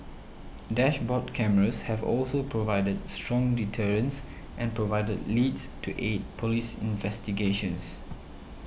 dashboard cameras have also provided strong deterrence and provided leads to aid police investigations